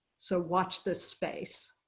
so watch this space.